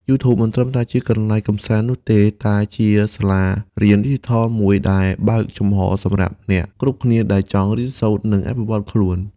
YouTube មិនត្រឹមតែជាកន្លែងកម្សាន្តនោះទេ តែជាសាលារៀនឌីជីថលមួយដែលបើកចំហរសម្រាប់អ្នកគ្រប់គ្នាដែលចង់រៀនសូត្រ និងអភិវឌ្ឍខ្លួន។